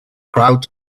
crowd